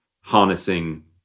harnessing